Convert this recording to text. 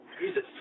Jesus